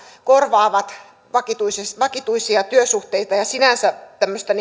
korvaavat vakituisia vakituisia työsuhteita ja sinänsä